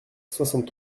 soixante